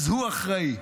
הוא אחראי.